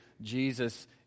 Jesus